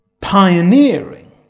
pioneering